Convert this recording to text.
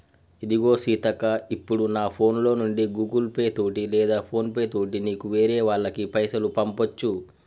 ఇదిగో సీతక్క ఇప్పుడు నా ఫోన్ లో నుండి గూగుల్ పే తోటి లేదా ఫోన్ పే తోటి నీకు వేరే వాళ్ళకి పైసలు పంపొచ్చు